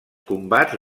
combats